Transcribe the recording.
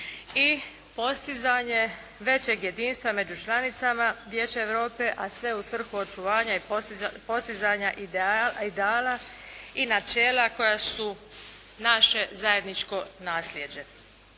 i postizanje većeg jedinstva među članicama Vijeća Europe a sve u svrhu očuvanja i postizanja ideala i načela koja su naše zajedničko nasljeđe.